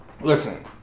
Listen